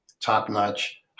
top-notch